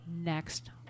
next